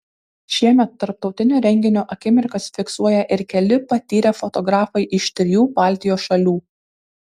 šiemet tarptautinio renginio akimirkas fiksuoja ir keli patyrę fotografai iš trijų baltijos šalių